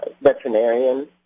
veterinarian